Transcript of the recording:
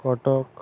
Cuttack